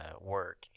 work